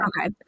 Okay